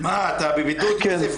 אם אתה יכול לקצר,